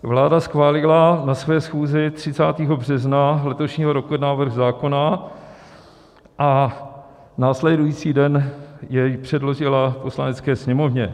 Vláda schválila na své schůzi 30. března letošního roku návrh zákona a následující den jej přeložila Poslanecké sněmovně.